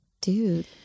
Dude